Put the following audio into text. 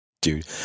Dude